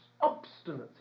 obstinacy